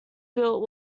built